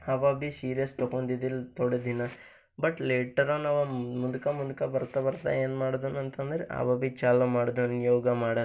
ಅವ ಬಿ ಶೀರಿಯಸ್ ತಗೊಂದಿದಿಲ್ಲ ಥೋಡೆ ದಿನ ಬಟ್ ಲೇಟರ್ ಆನ್ ಅವ ಮುಂದ್ಕ ಮುಂದ್ಕ ಬರ್ತಾ ಬರ್ತಾ ಏನು ಮಾಡ್ದಾನಂತಂದರ ಅವ ಬಿ ಚಾಲು ಮಾಡಿದನ್ ಯೋಗ ಮಾಡೋದ್